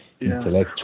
intellectual